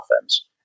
offense